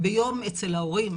ביום אצל ההורים.